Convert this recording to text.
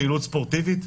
לפעילות ספורטיבית?